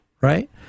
right